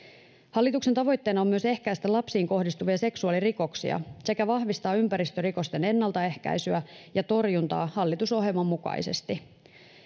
hallituksen tavoitteena on myös ehkäistä lapsiin kohdistuvia seksuaalirikoksia sekä vahvistaa ympäristörikosten ennaltaehkäisyä ja torjuntaa hallitusohjelman mukaisesti